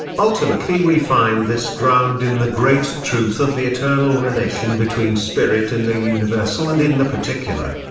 ultimately we find this ground in the great truth of the eternal relation between spirit in the universal and in the particular.